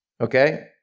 Okay